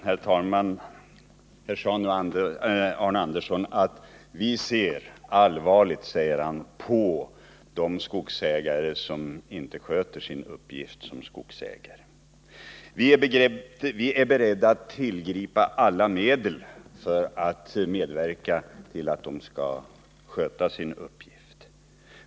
Herr talman! Arne Andersson i Ljung sade att man ser allvarligt på de skogsägare som inte sköter sin uppgift såsom skogsägare och att man är beredd att tillgripa alla medel för att förmå dem att sköta sin skog.